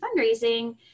fundraising